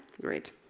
great